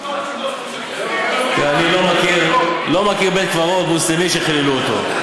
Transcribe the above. אני לא מכיר בית-קברות מוסלמי שחיללו אותו,